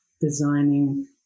designing